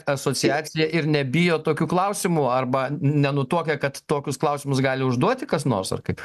asociaciją ir nebijo tokių klausimų arba nenutuokia kad tokius klausimus gali užduoti kas nors ar kaip